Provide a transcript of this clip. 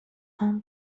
خوام